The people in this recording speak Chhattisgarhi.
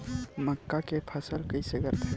मक्का के फसल कइसे करथे?